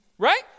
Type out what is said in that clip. Right